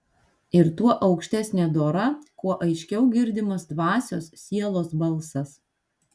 ir tuo aukštesnė dora kuo aiškiau girdimas dvasios sielos balsas